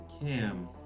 Cam